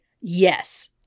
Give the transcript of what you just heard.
Yes